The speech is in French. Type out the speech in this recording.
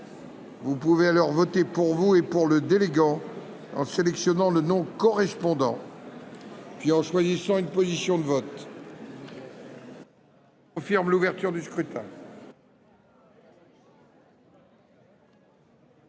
Vous pouvez alors voter pour vous et pour le délégant en sélectionnant le nom correspondant, puis en choisissant une position de vote. Le scrutin est ouvert. Personne